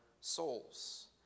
souls